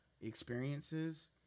experiences